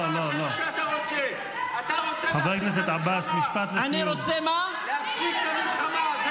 לא, אתה רוצה להפסיק את המלחמה.